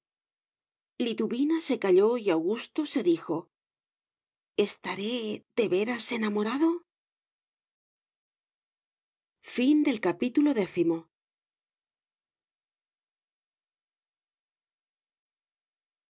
liduvina se calló y augusto se dijo estaré de veras enamorado